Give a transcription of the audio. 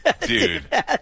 dude